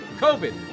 COVID